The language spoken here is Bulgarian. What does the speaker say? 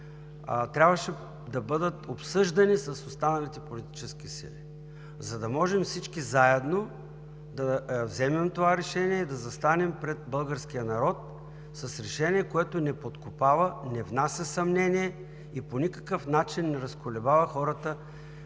трябваше да бъдат обсъждани с останалите политически сили, за да можем всички заедно да вземем това решение, да застанем пред българския народ с решение, което не подкопава, не внася съмнение и по никакъв начин не разколебава хората